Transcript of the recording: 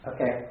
Okay